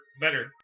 better